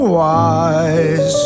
wise